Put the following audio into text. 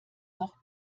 noch